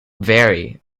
very